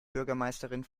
bürgermeisterin